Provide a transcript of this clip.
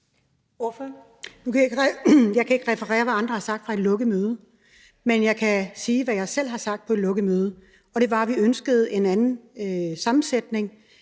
Jeg kan ikke referere, hvad andre har sagt på et lukket møde jo, men jeg kan sige, hvad jeg selv har sagt på et lukket møde, og det var, at vi ønskede en anden sammensætning